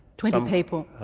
twenty people.